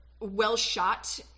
well-shot